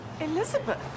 elizabeth